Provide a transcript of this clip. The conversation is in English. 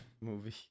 movie